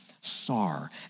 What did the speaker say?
sar